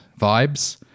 vibes